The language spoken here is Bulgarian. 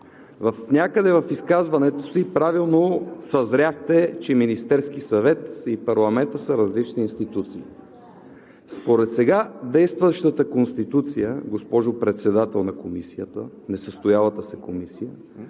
Някъде в изказването си правилно съзряхте, че Министерският съвет и парламентът са различни институции. Според сега действащата Конституция, госпожо Председател на несъстоялата се Комисия,